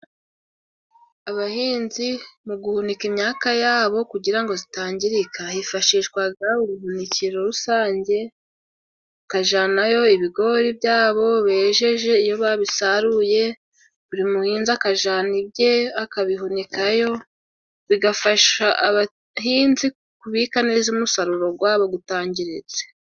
Abahinzi mu guhunika imyaka yabo kugira ngo zitangirika hifashishwaga ubuhunikero rusange, bakajanayo ibigori byabo bejeje. Iyo babisaruye buri muhinzi akajana ibye akabihunikayo, bigafasha abahinzi kubika neza umusaruro gwabo gutangiritse.